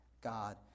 god